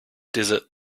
desert